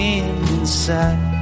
inside